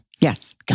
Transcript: Yes